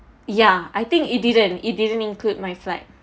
ya I think it didn't it didn't include my flight